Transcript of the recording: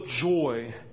joy